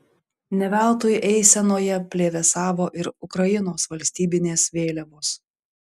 ne veltui eisenoje plevėsavo ir ukrainos valstybinės vėliavos